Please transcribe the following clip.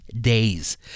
days